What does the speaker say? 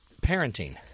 parenting